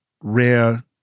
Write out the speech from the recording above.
rare